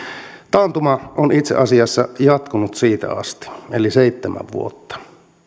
taantuma on itse asiassa jatkunut siitä asti eli seitsemän vuotta